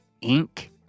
ink